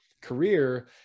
career